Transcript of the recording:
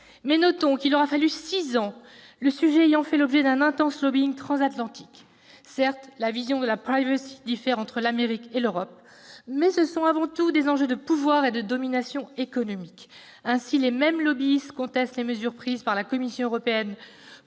Mais notons qu'il aura fallu six ans, le sujet ayant fait l'objet d'un intense lobbying transatlantique. Certes, la vision de la diffère entre l'Amérique et l'Europe, mais il y va avant tout d'enjeux de pouvoir et de domination économique. Des lobbyistes contestent les mesures prises par la Commission européenne